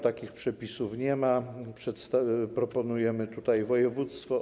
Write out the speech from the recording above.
Takich przepisów nie ma, proponujemy tutaj województwo.